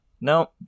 No